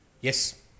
Yes